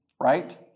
right